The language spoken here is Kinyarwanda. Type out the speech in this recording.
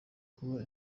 kuba